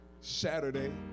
Saturday